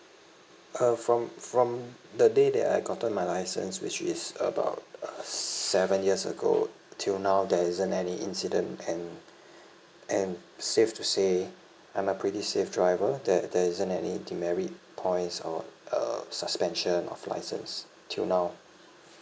uh from from the day that I gotten my license which is about uh seven years ago till now there isn't any incident and and safe to say I'm a pretty safe driver there there isn't any demerit points or uh suspension of license till now